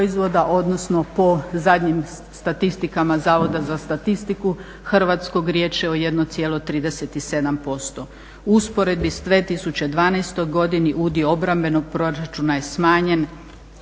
odnosno po zadnjim statistikama Zavoda za statistiku riječ je o 1,37%. U usporedbi s 2012. godinom udio obrambenog proračuna je smanjen